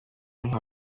nka